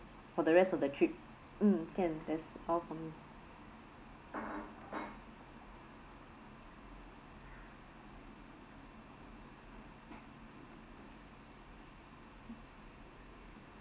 for the rest of the trip mm can that's for me